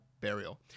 burial